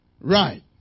Right